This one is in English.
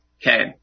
Okay